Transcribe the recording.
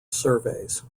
surveys